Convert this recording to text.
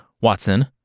Watson